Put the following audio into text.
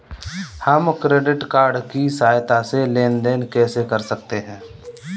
हम credit card की सहायता से लेन देन कैसे कर सकते हैं?